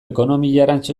ekonomiarantz